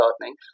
gardening